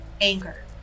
anger